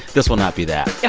this will not be that yeah